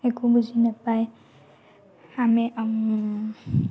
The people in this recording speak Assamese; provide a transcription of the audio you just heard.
একো বুজি নাপায় আমি